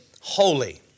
holy